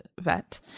vet